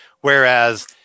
whereas